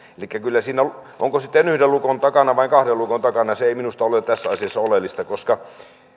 onko sitten yhden lukon takana vai kahden lukon takana se ei minusta ole tässä asiassa oleellista koska